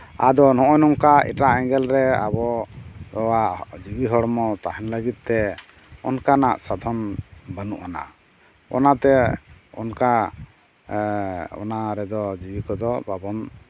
ᱟᱫᱚ ᱱᱚᱜᱼᱚᱭ ᱱᱚᱝᱠᱟ ᱮᱴᱟᱜ ᱮᱸᱜᱮᱞᱨᱮ ᱟᱵᱚᱣᱟᱜ ᱡᱤᱣᱤ ᱦᱚᱲᱢᱚ ᱛᱟᱦᱮᱱ ᱞᱟᱹᱜᱤᱫᱛᱮ ᱚᱱᱠᱟᱱᱟᱜ ᱥᱟᱫᱷᱚᱱ ᱵᱟᱹᱱᱩᱜ ᱟᱱᱟᱜ ᱚᱱᱟᱛᱮ ᱚᱱᱠᱟ ᱚᱱᱟ ᱨᱮᱫᱚ ᱡᱤᱣᱤ ᱠᱚᱫᱚ ᱵᱟᱵᱚᱱ